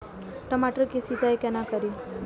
टमाटर की सीचाई केना करी?